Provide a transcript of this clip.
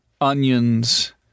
onions